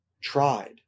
tried